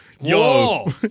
Yo